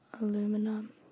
Aluminum